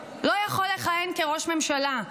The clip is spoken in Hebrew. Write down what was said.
לא יכול לכהן כראש ממשלה.